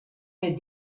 fet